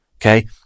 Okay